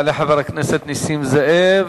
יעלה חבר הכנסת נסים זאב,